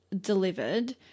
delivered